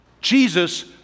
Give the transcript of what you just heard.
Jesus